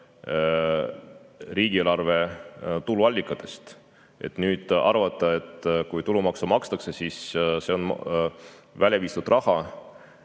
riigieelarve tuluallikatest. Nüüd arvata, et kui tulumaksu makstakse, siis see on mahavisatud raha